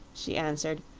she answered,